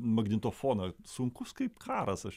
magnitofoną sunkus kaip karas aš